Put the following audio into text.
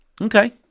okay